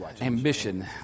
Ambition